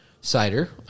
cider